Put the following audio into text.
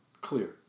clear